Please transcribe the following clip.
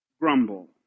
grumble